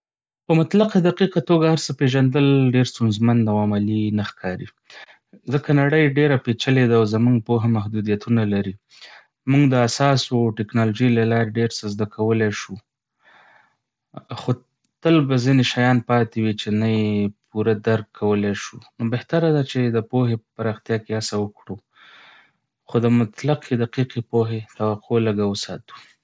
په مطلقه دقيقه توګه هر څه پيژندل ډېر ستونزمن او عملي نه ښکاري. ځکه نړۍ ډېره پېچلې ده او زموږ پوهه محدوديتونه لري. موږ د حساسو او ټکنالوژۍ له لارې ډېر څه زده کولی شو، خو تل به ځینې شيان پاتې وي چې نه يې پوره درک کولی شو. نو بهتره ده چې د پوهې په پراختیا کې هڅه وکړو، خو د مطلقې دقيقې پوهې توقع لږه وساتو.